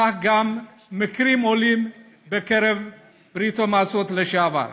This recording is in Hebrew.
וכך גם מקרים בקרב עולי ברית המועצות לשעבר.